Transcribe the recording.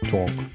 Talk